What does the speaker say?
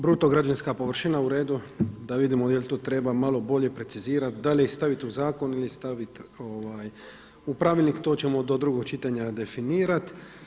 Bruto građevinska površina uredu, da vidimo jel to treba malo bolje precizirati, da li je staviti u zakon ili staviti u pravilnik, to ćemo do drugog čitanja definirati.